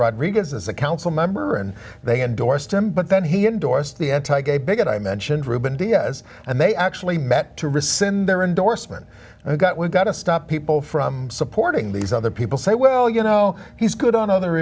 rodriguez is a council member and they endorsed him but then he endorsed the anti gay bigot i mentioned ruben diaz and they actually met to rescind their endorsement and we've got we've got to stop people from supporting these other people say well you know he's good on other